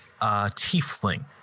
tiefling